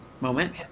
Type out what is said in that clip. moment